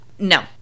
No